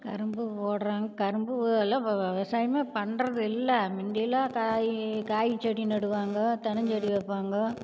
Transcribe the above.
கரும்பு போடுறாங்க கரும்பு எல்லாம் இப்போ விவசாயமே பண்ணுறது இல்லை முந்திலாம் காய் காய் செடி நடுவாங்கள் தென்னஞ்செடி வைப்பாங்க